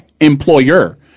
employer